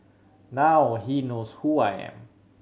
now he knows who I am